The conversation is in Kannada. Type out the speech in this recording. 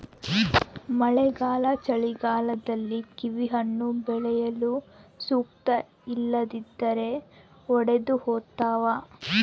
ಮಳೆಗಾಲ ಚಳಿಗಾಲದಲ್ಲಿ ಕಿವಿಹಣ್ಣು ಬೆಳೆಯಲು ಸೂಕ್ತ ಇಲ್ಲದಿದ್ದರೆ ಒಡೆದುಹೋತವ